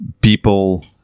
people